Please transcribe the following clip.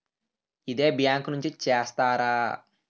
ఇదే బ్యాంక్ నుంచి చేస్తారా?